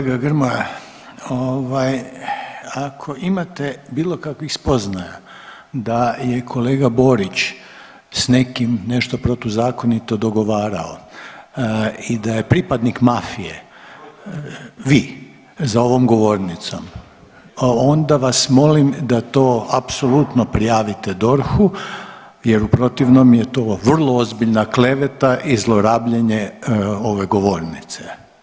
Kolega Grmoja, ovaj ako imate bilo kakvih spoznaja da je kolega Borić s nekim nešto protuzakonito dogovarao i da je pripadnik mafije… [[Upadica iz klupe se ne razumije]] vi za ovom govornicom, onda vas molim da to apsolutno prijavite DORH-u jer u protivnom je to vrlo ozbiljna kleveta i zlorabljenje ove govornice.